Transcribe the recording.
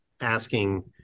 asking